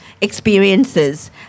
experiences